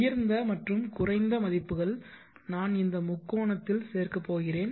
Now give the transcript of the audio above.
உயர்ந்த மற்றும் குறைந்த மதிப்புகள் நான் இந்த முக்கோணத்தில் சேர்க்கப் போகிறேன்